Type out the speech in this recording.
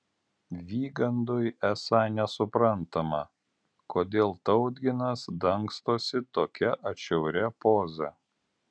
vygandui esą nesuprantama kodėl tautginas dangstosi tokia atšiauria poza